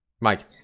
Mike